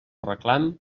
reclam